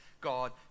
God